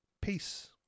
Peace